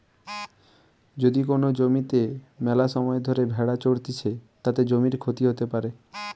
যদি কোন জমিতে মেলাসময় ধরে ভেড়া চরতিছে, তাতে জমির ক্ষতি হতে পারে